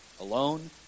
alone